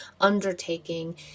undertaking